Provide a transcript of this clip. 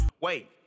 Wait